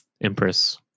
Empress